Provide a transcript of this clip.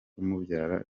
umubyara